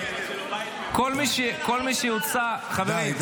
כל מי שיוצא --- די.